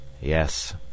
Yes